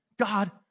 God